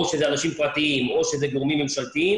או שאלה אנשים פרטיים או שאלה גורמים ממשלתיים,